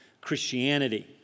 Christianity